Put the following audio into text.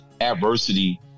adversity